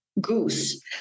goose